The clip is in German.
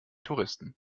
touristen